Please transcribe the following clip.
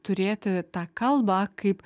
turėti tą kalbą kaip